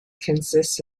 consists